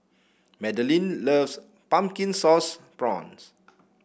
Madalyn loves Pumpkin Sauce Prawns